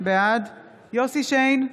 בעד יוסף שיין,